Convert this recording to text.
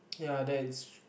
ya that is